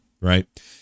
right